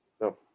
no